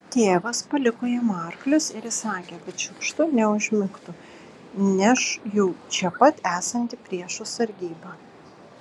tėvas paliko jam arklius ir įsakė kad šiukštu neužmigtų neš jau čia pat esanti priešo sargyba